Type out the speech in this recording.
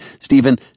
Stephen—